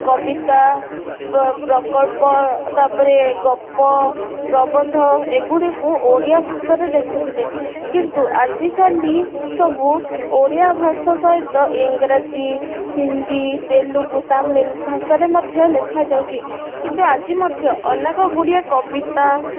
କବିତା ପ୍ରକଳ୍ପ ତାପରେ ଗପ ପ୍ରବନ୍ଧ ଏଗୁଡ଼ିକୁ ଓଡ଼ିଆ ଭାଷାରେ ଦେଖୁଥିଲେ କିନ୍ତୁ ଆଜିକାଲି ସବୁ ଓଡ଼ିଆ ଭାଷା ସହିତ ଇଂରାଜୀ ହିନ୍ଦୀ ତେଲୁଗୁ ତାମିଲ ଭାଷାରେ ମଧ୍ୟ ଲେଖାଯାଉଛି କିନ୍ତୁ ଆଜି ମଧ୍ୟ ଅନେକ ଗୁଡ଼ିଏ କବିତା